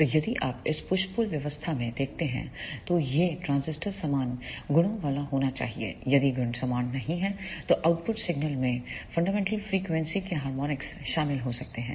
तो यदि आप इस पुश पुल व्यवस्था में देखते हैं तो यह ट्रांजिस्टर समान गुणों वाला होना चाहिए यदि गुण समान नहीं हैं तो आउटपुट सिग्नल में फंडामेंटल फ्रिकवेंसी के हार्मोनिक्स शामिल हो सकते हैं